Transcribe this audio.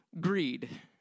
greed